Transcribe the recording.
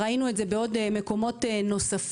ראינו את זה בעוד מקומות נוספים.